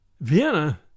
Vienna